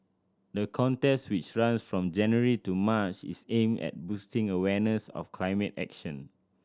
the contest which runs from January to March is aimed at boosting awareness of climate action